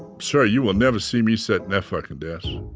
sir, you will never see me sit in that fucking desk.